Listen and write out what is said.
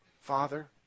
Father